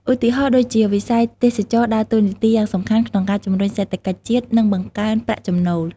ឧទាហរណ៍ដូចជា វិស័យទេសចរណ៍ដើរតួនាទីយ៉ាងសំខាន់ក្នុងការជំរុញសេដ្ឋកិច្ចជាតិ និងបង្កើនប្រាក់ចំណូល។